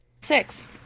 Six